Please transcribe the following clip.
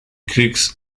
greeks